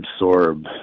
absorb